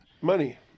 Money